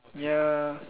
ya